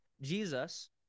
Jesus